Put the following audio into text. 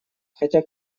хотя